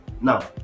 Now